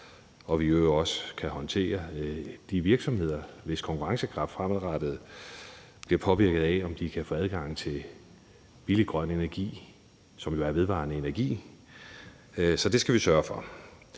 kan håndtere de virksomheder, hvis konkurrencekraft fremadrettet bliver påvirket af, om de kan få adgang til billig grøn energi, som jo er vedvarende energi; så det skal vi sørge for.